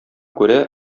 күрә